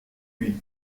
lui